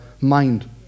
mind